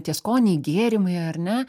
tie skoniai gėrimai ar ne